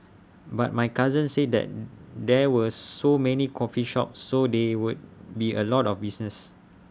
but my cousin said that there were so many coffee shops so they would be A lot of business